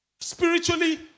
Spiritually